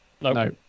No